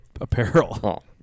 apparel